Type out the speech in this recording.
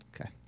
Okay